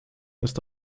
ist